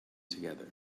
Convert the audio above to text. together